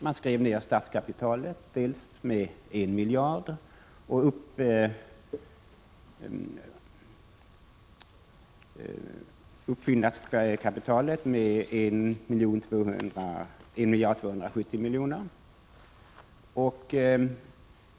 Man skrev ned statskapitalet med 1 000 000 000 och uppbyggnadskapitalet med 1 270 000 000.